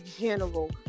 general